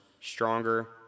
stronger